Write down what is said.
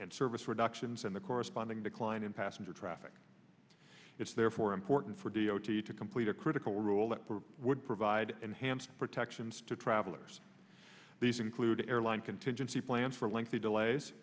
and service reductions and the corresponding decline in passenger traffic it's therefore important for d o t to complete a critical rule that would provide enhanced protections to travelers these include airline contingency plans for lengthy delays